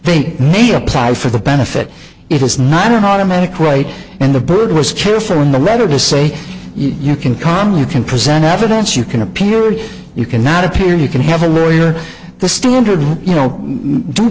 they apply for the benefit if it's not an automatic right and the bird was careful in the letter to say you can calmly you can present evidence you can appear or you can not appear you can have a lawyer the standard you know due